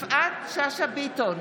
יפעת שאשא ביטון,